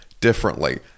differently